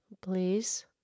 Please